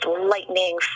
lightning